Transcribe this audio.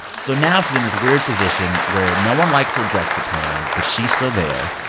so now she's in this weird position where no one likes her brexit plan. but she's still there.